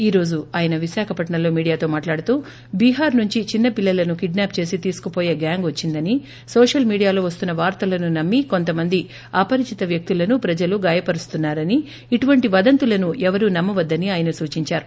ఈ రోజు ఆయన విశాఖపట్నంలో మీడియాతో మాట్లాడుతూ బీహార్ నుంచి చిన్న పిల్లలను కిడ్పాప్ చేసి తీసుకుపోయే గ్యాంగ్ వచ్చిందని నోషల్ మీడియాలో వస్తున్న వార్తలను నమ్మి కొంతమంది అపరిచత వ్యక్తులను ప్రజలు గాయపరుస్తున్నా రని ఇటువంటి వందతులను ఎవరూ నమ్మ వద్గని ఆయన సూచించారు